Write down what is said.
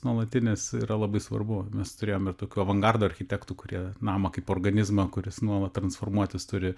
nuolatinis yra labai svarbu mes turėjom ir tokių avangardo architektų kurie namą kaip organizmą kuris nuolat transformuotis turi